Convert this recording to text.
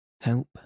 Help